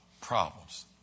problems